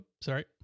sorry